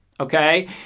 Okay